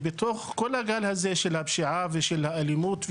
גלי הפשיעה וגלי האלימות,